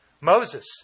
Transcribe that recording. Moses